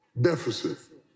deficit